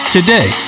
Today